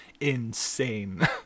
insane